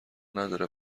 نداره